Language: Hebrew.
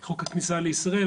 חוק הכניסה לישראל,